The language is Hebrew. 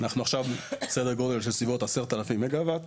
אנחנו עכשיו בסדר גודל של בסביבות 10,000 מגה-וואט.